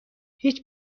هیچ